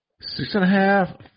Six-and-a-half